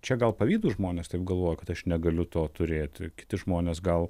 čia gal pavydūs žmonės taip galvoja kad aš negaliu to turėti kiti žmonės gal